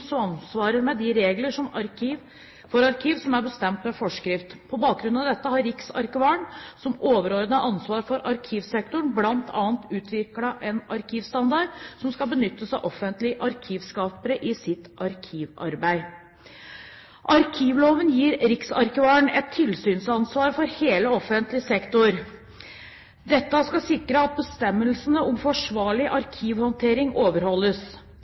med de regler for arkiv som er bestemt ved forskrift. På bakgrunn av dette har riksarkivaren, som overordnet ansvarlig for arkivsektoren, bl.a. utviklet en arkivstandard som skal benyttes av offentlige arkivskapere i deres arkivarbeid. Arkivloven gir riksarkivaren et tilsynsansvar for hele offentlig sektor. Dette skal sikre at bestemmelsene om forsvarlig arkivhåndtering overholdes.